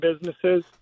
businesses